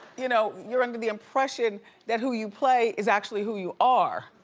you know you're under the impression that who you play is actually who you are.